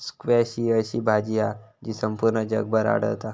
squash ही अशी भाजी हा जी संपूर्ण जगभर आढळता